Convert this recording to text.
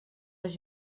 les